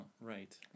right